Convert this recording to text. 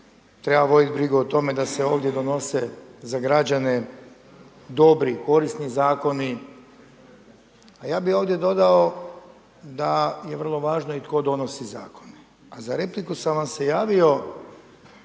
treba voditi brigu o tome da se ovdje donose za građane dobri, korisni zakoni. A ja bih ovdje dodao da je vrlo važno i tko donosi zakone. A za repliku sam vam se javio